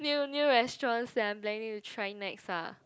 new new restaurant that I'm planning to try next ah